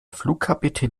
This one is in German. flugkapitän